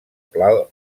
pla